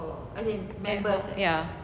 members ya